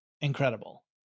incredible